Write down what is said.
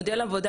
מודל עבודה,